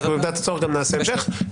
במידת הצורך גם נעשה המשך.